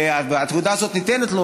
התעודה הזאת ניתנת לו,